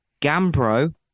gambro